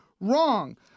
wrong